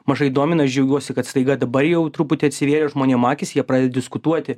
mažai domina aš džiaugiuosi kad staiga dabar jau truputį atsivėrė žmonėm akys jie pradeda diskutuoti